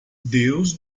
deus